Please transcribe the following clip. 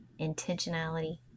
intentionality